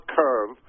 curve